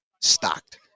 stocked